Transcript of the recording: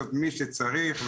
מי שצריך,